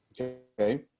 okay